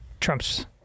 trump's